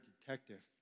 detective